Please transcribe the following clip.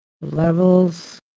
levels